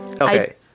Okay